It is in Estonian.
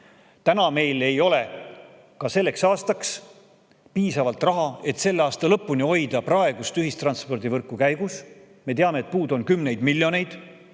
vajalik, ei ole meil selleks aastaks piisavalt raha, et hoida aasta lõpuni praegust ühistranspordivõrku käigus. Me teame, et puudu on kümneid miljoneid.